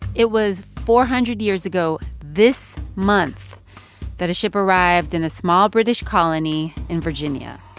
it was four hundred years ago this month that a ship arrived in a small british colony in virginia.